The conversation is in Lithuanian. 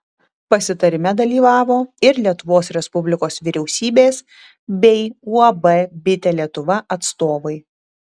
pasitarime dalyvavo ir lietuvos respublikos vyriausybės bei uab bitė lietuva atstovai